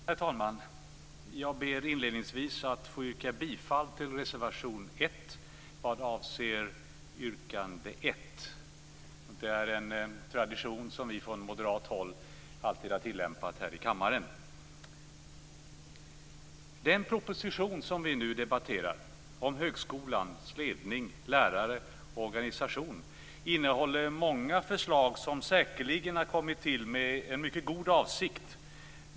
Herr talman! Jag ber inledningsvis att få yrka bifall till reservation 1 vad avser yrkande 1. Det är en tradition som vi från moderat håll alltid har följt här i kammaren. Den proposition som vi nu debatterar, om högskolans ledning, lärare och organisation, innehåller många förslag som säkerligen kommit till med en mycket god avsikt.